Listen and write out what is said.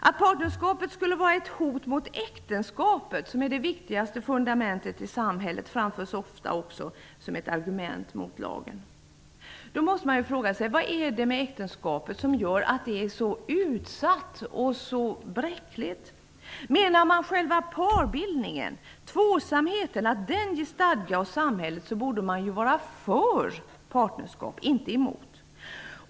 Att partnerskapet skulle vara ett hot mot äktenskapet, som är det viktigaste fundamentet i samhället, framförs ofta som ett argument mot lagen. Då måste man fråga sig: Vad är det med äktenskapet som gör det så utsatt och så bräckligt? Om man menar att själva parbildningen, tvåsamheten, ger stadga åt samhället borde man vara för partnerskap, inte emot.